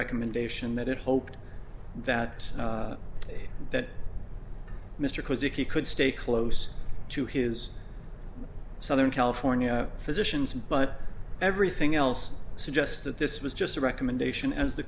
recommendation that it hoped that that mr causey could stay close to his southern california physicians but everything else suggests that this was just a recommendation as the